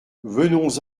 venons